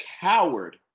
coward